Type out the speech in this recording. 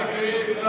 ההצעה להסיר